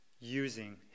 using